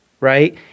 right